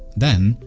then,